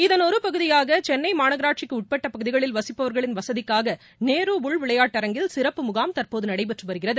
இதன் ஒரு பகுதியாக சென்னை மாநகராட்சிக்கு உட்பட்டப் பகுதிகளில் வசிப்பவர்களின் வசதிக்காக நேரு உள் விளையாட்டரங்கில் சிறப்பு முனாம் தற்போது நடைபெற்று வருகிறது